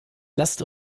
lasst